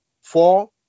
four